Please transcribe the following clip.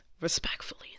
respectfully